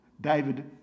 David